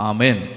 Amen